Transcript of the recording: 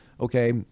okay